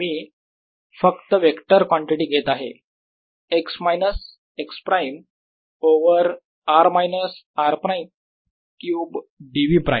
मी फक्त vector quantity घेत आहे x minus x prime over r minus r prime cube dv prime